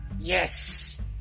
yes